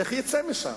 איך יצא משם?